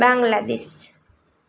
Bangladesh